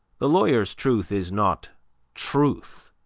the lawyer's truth is not truth,